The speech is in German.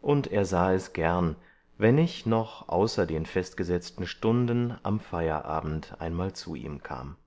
und er sah es gern wenn ich noch außer den festgesetzten stunden am feierabend einmal zu ihm kam